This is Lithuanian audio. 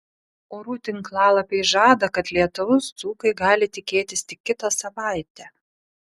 orų tinklalapiai žada kad lietaus dzūkai gali tikėtis tik kitą savaitę